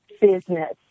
business